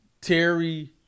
Terry